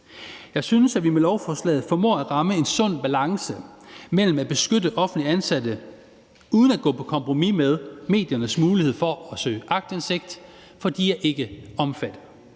Jeg synes, at vi med lovforslaget formår at ramme en sund balance med at beskytte offentligt ansatte uden at gå på kompromis med mediernes mulighed for at søge aktindsigt, for de er ikke omfattet.